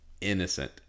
innocent